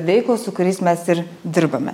veiklos su kuriais mes ir dirbame